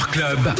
Club